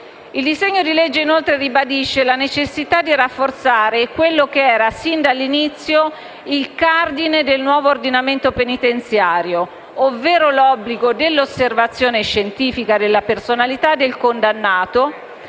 Il disegno di legge, inoltre, ribadisce la necessità di rafforzare quello che sin dall'inizio era il cardine del nuovo ordinamento penitenziario, ovvero l'obbligo dell'osservazione scientifica della personalità del condannato,